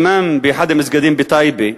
אימאם באחד המסגדים בטייבה,